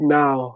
now